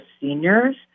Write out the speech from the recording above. seniors